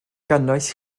gynnwys